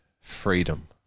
freedom